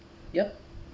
yup